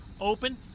open